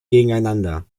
gegeneinander